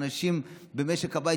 האנשים במשק הבית,